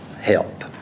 help